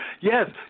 Yes